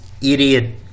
idiot